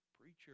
preacher